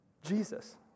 Jesus